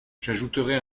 j’ajouterai